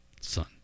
Son